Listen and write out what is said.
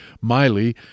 Miley